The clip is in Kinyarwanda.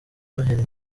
noheli